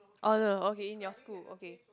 oh ah okay in your school okay